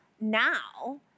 now